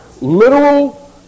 literal